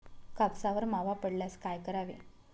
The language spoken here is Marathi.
कापसावर मावा पडल्यास काय करावे?